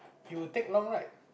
you would take long right